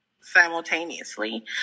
simultaneously